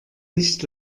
nicht